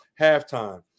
halftime